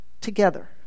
together